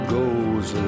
goes